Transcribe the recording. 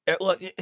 Look